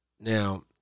Now